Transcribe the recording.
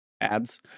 ads